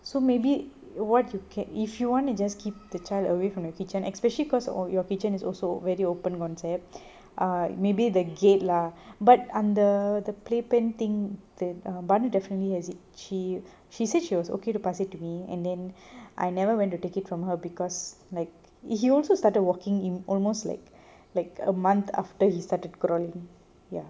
so maybe what you can if you want to just keep the child away from your kitchen especially because your kitchen is very open concept ah maybe the gate lah but அந்த:antha play pen thing that ah but definitely has it she she said she was okay to pass it to me and then I never went to take it from her because like it he also started walking in almost like like a month after he started crawling ya